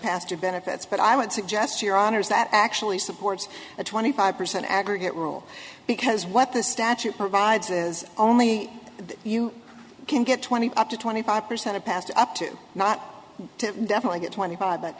pastor benefits but i would suggest to your honor's that actually supports a twenty five percent aggregate rule because what this statute provides is only you can get twenty up to twenty five percent of past up to not to definitely get twenty five but